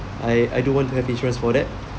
I I do want to have insurance for that